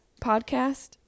podcast